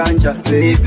baby